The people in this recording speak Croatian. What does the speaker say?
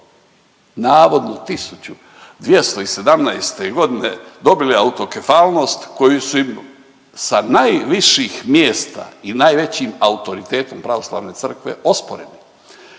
navodno 1217.g. dobili autokefalnost koju su im sa najviših mjesta i najvećim autoritetom pravoslavne crkve osporeni,